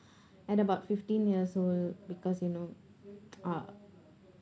at about fifteen years old because you know uh